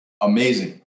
Amazing